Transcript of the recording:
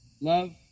love